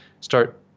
start